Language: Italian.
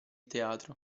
teatro